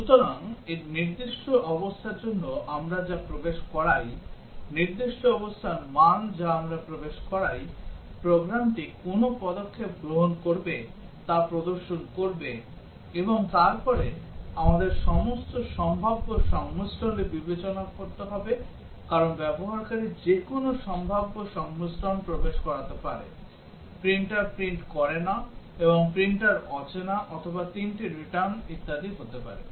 সুতরাং নির্দিষ্ট অবস্থার জন্য যা আমরা প্রবেশ করাই নির্দিষ্ট অবস্থার মান যা আমরা প্রবেশ করাই প্রোগ্রামটি কোন পদক্ষেপ গ্রহণ করা হবে তা প্রদর্শন করবে এবং তারপরে আমাদের সমস্ত সম্ভাব্য সংমিশ্রণগুলি বিবেচনা করতে হবে কারণ ব্যবহারকারী যে কোনও সম্ভাব্য সংমিশ্রণ প্রবেশ করাতে পারে প্রিন্টার প্রিন্ট করে না এবং প্রিন্টার অচেনা অথবা তিনটি রিটার্ন ইত্যাদি হতে পারে